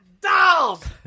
dolls